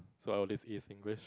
so our least is English